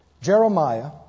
Jeremiah